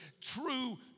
true